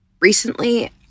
Recently